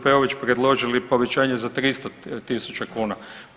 Peović predložili povećanje za 300 tisuća kuna.